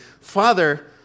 Father